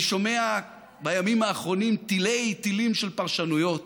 אני שומע בימים האחרונים תילי-תילים של פרשנויות